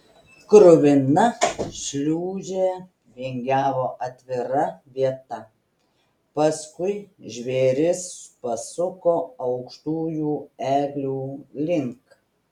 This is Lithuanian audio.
kruvina šliūžė vingiavo atvira vieta paskui žvėris pasuko aukštųjų eglių link